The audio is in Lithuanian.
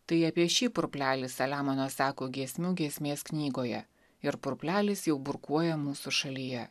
tai apie šį purplelį saliamonas sako giesmių giesmės knygoje ir purplelis jau burkuoja mūsų šalyje